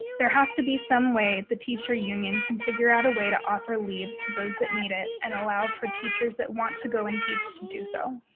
there has to be some way the teacher union can figure out a way to offer leaves to those that need it and allow for teachers that want to go and teach to do so.